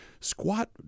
squat